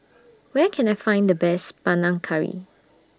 Where Can I Find The Best Panang Curry